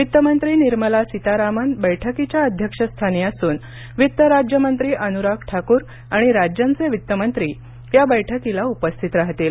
वित्त मंत्री निर्मला सीतारामन बैठकीच्या अध्यक्षस्थानी असून वित्त राज्यमंत्री अनुराग ठाकूर आणि राज्यांचे वित्त मंत्री या बैठकीला उपस्थित राहतील